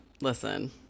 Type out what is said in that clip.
listen